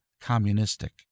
communistic